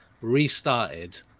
Restarted